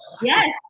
yes